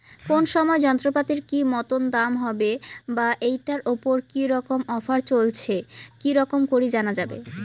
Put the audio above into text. কোন সময় যন্ত্রপাতির কি মতন দাম হবে বা ঐটার উপর কি রকম অফার চলছে কি রকম করি জানা যাবে?